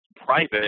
private